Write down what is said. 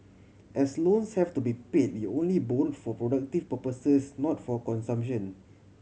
as loans have to be paid we only borrowed for productive purposes not for consumption